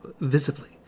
visibly